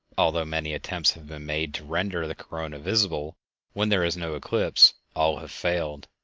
although many attempts have been made to render the corona visible when there is no eclipse, all have failed,